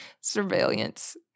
surveillance